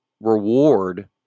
reward